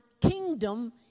kingdom